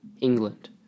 England